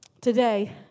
Today